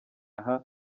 aha